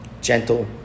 gentle